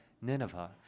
Nineveh